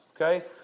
Okay